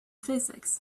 physics